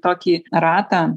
tokį ratą